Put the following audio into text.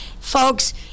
folks